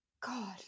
God